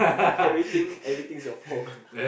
everything everything is your pot